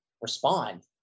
respond